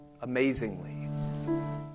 amazingly